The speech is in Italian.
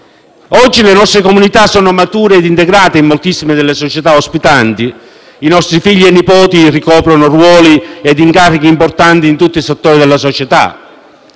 Oggi le nostre comunità sono mature ed integrate in moltissime delle società ospitanti; i nostri figli e nipoti ricoprono ruoli ed incarichi importanti in tutti i settori della società.